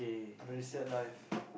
very sad life